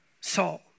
Saul